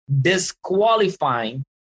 disqualifying